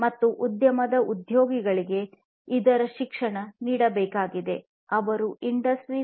ಮತ್ತು ಉದ್ಯಮದ ಉದ್ಯೋಗಿಗಳಿಗೆ ಇದರ ಶಿಕ್ಷಣ ನೀಡಬೇಕಾಗಿದೆ ಅವರು ಇಂಡಸ್ಟ್ರಿ 4